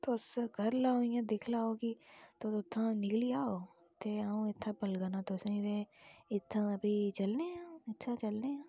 तुस करी लैओ इयां दिक्खी लैओ तुस उत्थुआं दा निकली आओ ते अऊं इत्थै बलगना तुसें गी ते इत्थां दा फ्ही चलने आं